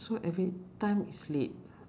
so everytime he's late